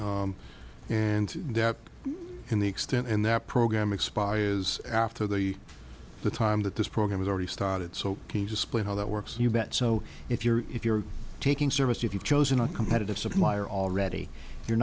and dept in the extent in that program expires after the the time that this program has already started so display how that works you bet so if you're if you're taking service if you've chosen a competitive supplier already you're